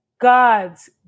God's